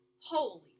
holy